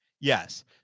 Yes